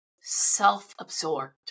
self-absorbed